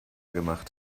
gemacht